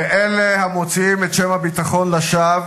לאלה המוציאים את שם הביטחון לשווא,